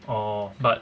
orh but